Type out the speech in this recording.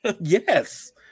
Yes